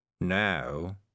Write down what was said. Now